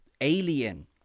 Alien